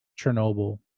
Chernobyl